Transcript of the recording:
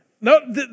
No